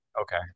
Okay